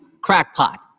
crackpot